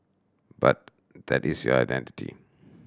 but that is your identity